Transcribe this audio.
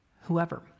Whoever